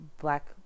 black